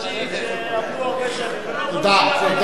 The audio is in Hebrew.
אבל איך אפשר לפצות,